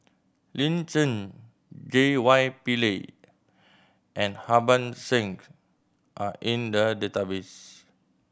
Lin Chen J Y Pillay and Harbans Singh are in the database